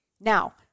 Now